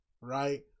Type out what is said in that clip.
right